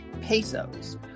pesos